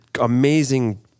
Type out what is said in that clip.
amazing